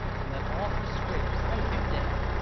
and that all persuaded i was dead.